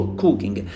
cooking